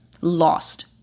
lost